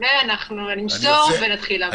אני אמסור ונתחיל לעבוד.